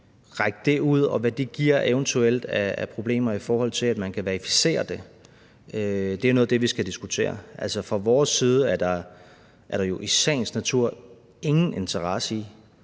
række det ud, og hvad det eventuelt giver af problemer, i forhold til at man kan verificere det. Det er noget af det, vi skal diskutere. Altså, fra vores side er der jo i sagens natur ingen interesse i,